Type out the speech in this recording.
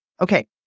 Okay